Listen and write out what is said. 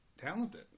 talented